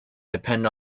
depend